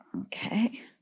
Okay